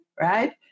right